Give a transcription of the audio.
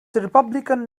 republican